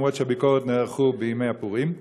אף שהביקורת נערכה בימי הפורים?